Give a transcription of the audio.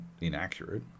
inaccurate